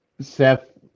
Seth